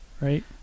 Right